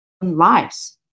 lives